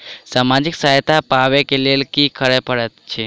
सामाजिक सहायता पाबै केँ लेल की करऽ पड़तै छी?